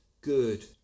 good